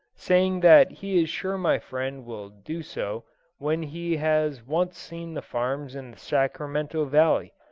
saying that he is sure my friend will do so when he has once seen the farms in the sacramento valley,